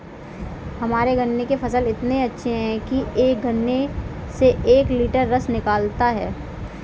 हमारे गन्ने के फसल इतने अच्छे हैं कि एक गन्ने से एक लिटर रस निकालता है